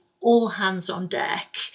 all-hands-on-deck